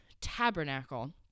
tabernacle